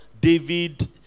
David